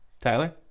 Tyler